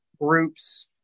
groups